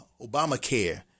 Obamacare